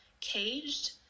caged